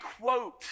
quote